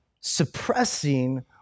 suppressing